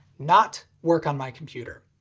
not work on my computer.